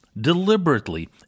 deliberately